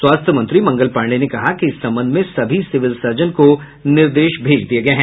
स्वास्थ्य मंत्री मंगल पाण्डेय ने कहा कि इस संबंध में सभी सिविल सर्जन को निर्देश भेज दिया गया है